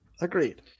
Agreed